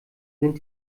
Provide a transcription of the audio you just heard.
sind